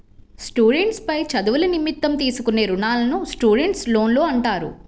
students పై చదువుల నిమిత్తం తీసుకునే రుణాలను స్టూడెంట్స్ లోన్లు అంటారు